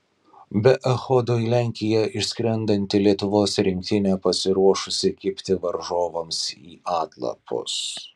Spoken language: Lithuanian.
be echodo į lenkiją išskrendanti lietuvos rinktinė pasiruošusi kibti varžovams į atlapus